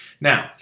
Now